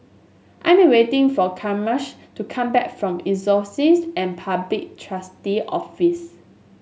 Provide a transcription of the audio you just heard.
I'm waiting for Camisha to come back from Insolvency and Public Trustee Office